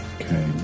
Okay